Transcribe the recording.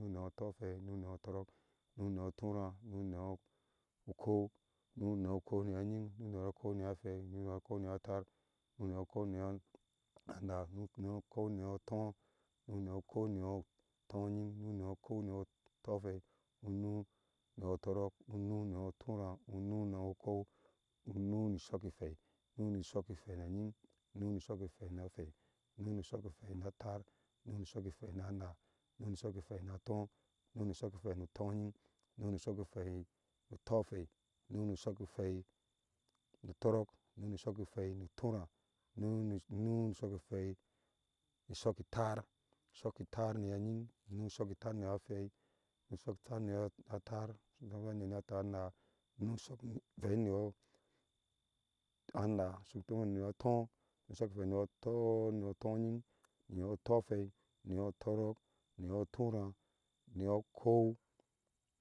Uŋu ŋiyɔɔ tɔhwei uŋu ŋiyɔɔ tɔrɔɔk uŋu ŋiyɔɔturaa uŋu ŋiyɔɔ ukɔɔu uŋu ŋiyɔɔ ukɔɔu ŋiyɔɔ ŋying uŋu ŋiyɔɔ ukɔɔu ŋiyɔɔ hwei uŋu ŋiyɔɔ ukɔɔu ŋiyɔɔ taar uŋu ŋiyɔɔ ukɔɔu ŋiyɔɔ naa uŋu ŋiyɔɔ ukɔɔu ŋiyɔɔ tɔɔ uŋu ŋiyɔɔ ukɔɔu ŋiyɔɔ tɔŋying uŋu ŋiyɔɔ ukɔɔu ŋiyɔɔ utɔrɔɔk ŋiyɔɔ turaa ŋiyɔɔ ukɔɔu uŋu ŋi shɔki hwei na ŋying uŋu ŋi shɔki hwei na ŋying hwei uŋu ŋi shɔki hwei na tãã uŋu ŋi shɔki hwei na ŋaa uŋu ŋi shɔki hwei na tɔɔ uŋu ŋi shɔki hwei nu tɔŋying uŋu ŋi shɔki hwei nutɔhwei uŋu ŋi shɔki hwei nu tɔrɔɔk ŋu ŋi shɔki hwei nu ŋu ŋi shɔki hwei nu turaa ŋu ŋi shɔki hwei ni shɔki taar nu shɔki taar ŋyɔɔ ŋying shɔki taar ŋiyɔɔ hwei shɔki taar ŋiyɔɔ shinka ŋiyɔɔ taar ŋiyɔɔ ŋaa shɔki hwei ŋiyɔɔ tɔɔ ŋyɔɔ tɔŋying ŋyɔɔ tɔhwei ŋiyɔɔ tɔrɔɔk ŋɔyɔɔ turaa ŋiyɔɔ ŋiyɔɔ ukɔɔu.